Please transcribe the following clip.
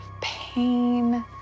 pain